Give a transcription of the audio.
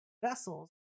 vessels